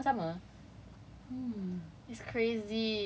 twenty eight october eighteen october you see it's all like about the same sama-sama